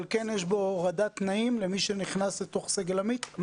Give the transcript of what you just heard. אבל כן יש הורדת תנאים למי שנכנס לסגל עמית?